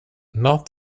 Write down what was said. not